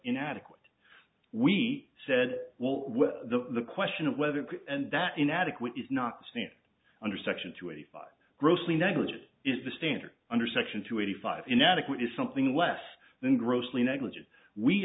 inadequate we said well well the question of whether and that inadequate is not safe under section two eighty five grossly negligent is the standard under section two eighty five inadequate is something less than grossly negligent we